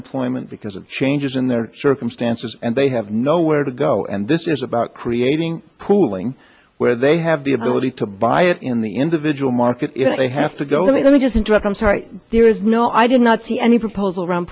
employment because of changes in their circumstances and they have nowhere to go and this is about creating pooling where they have the ability to buy it in the individual market they have to go let me just interrupt i'm sorry there is no i did not see any proposal around